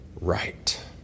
right